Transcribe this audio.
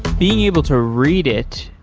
being able to read it,